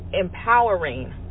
empowering